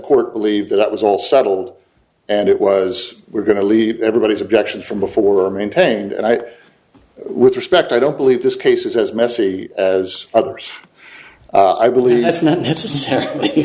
court believe that it was all settled and it was we're going to leave everybody's objections from before maintained and i with respect i don't believe this case is as messy as others i believe that's not necessarily